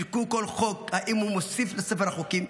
בדקו כל חוק, אם הוא מוסיף לספר החוקים,